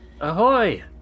Ahoy